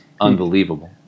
unbelievable